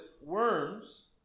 worms